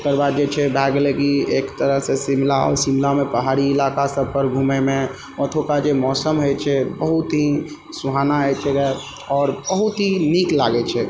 ओकरबाद जे छै भयऽ गेले कि एक तरहसँ शिमला शिमलामे पहाड़ी इलाका सभपर घुमैमे ओतुका जे मौसम होइ छै बहुत ही सुहाना होइ छै रऽ आओर बहुत ही नीक लागै छै